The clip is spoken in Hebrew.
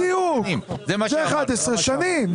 בדיוק, זה 11 שנים.